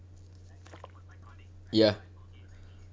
ya